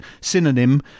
synonym